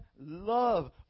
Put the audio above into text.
love